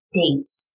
dates